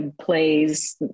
plays